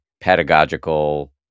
pedagogical